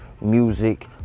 music